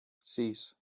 sis